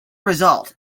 result